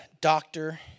doctor